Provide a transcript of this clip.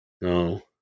No